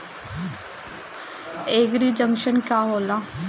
एगरी junction का होला?